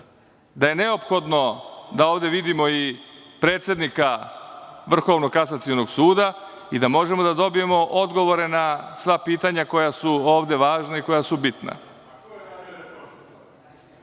da je neophodno da ovde vidimo i predsednika Vrhovnog kasacionog suda i da možemo da dobijemo odgovore na sva pitanja koja su ovde važna i koja su